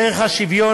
ערך השוויון,